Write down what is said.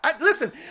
Listen